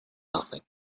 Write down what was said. nothing